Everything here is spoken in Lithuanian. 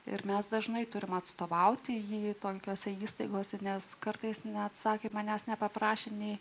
ir mes dažnai turime atstovauti jai tokiose įstaigose nes kartais neatsakė manęs nepaprašė nei